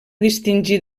distingir